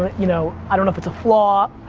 you know, i don't know if it's a flaw,